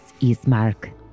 Ismark